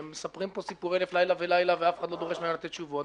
הם מספרים פה סיפורי אלף לילה ולילה ואף אחד לא דורש מהם לתת תשובות.